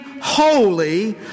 holy